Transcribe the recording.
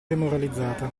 demoralizzata